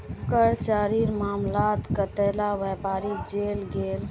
कर चोरीर मामलात कतेला व्यापारी जेल गेल